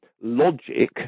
logic